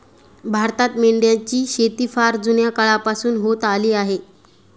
भारतात मेंढ्यांची शेती फार जुन्या काळापासून होत आली आहे